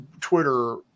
Twitter